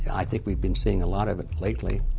i think we've been seeing a lot of it lately.